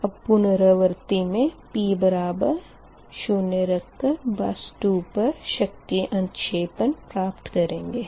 अब पुनरावर्ती मे p बराबर 0 रख कर बस 2 पर शक्ति अन्त्क्षेपन प्राप्त करेंगे